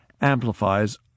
amplifies